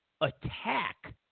attack